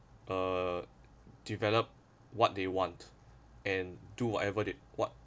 uh develop what they want and do whatever they what